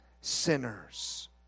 sinners